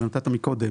שאתה נתת מקודם,